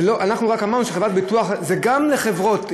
אנחנו אמרנו חברת ביטוח, זה גם לחברות.